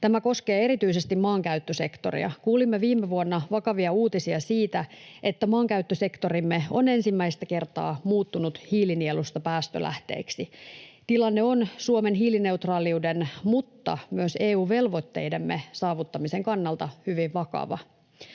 Tämä koskee erityisesti maankäyttösektoria. Kuulimme viime vuonna vakavia uutisia siitä, että maankäyttösektorimme on ensimmäistä kertaa muuttunut hiilinielusta päästölähteeksi. Tilanne on Suomen hiilineutraaliuden mutta myös EU-velvoitteidemme saavuttamisen kannalta hyvin vakava.